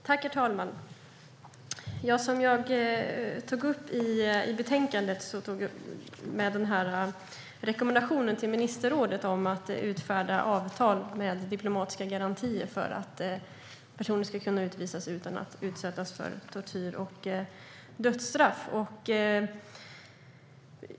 Herr talman! Jag tog i anförandet upp rekommendationen till ministerrådet om att utfärda avtal med diplomatiska garantier för att personer ska kunna utvisas utan att utsättas för tortyr och dödsstraff.